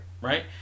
Right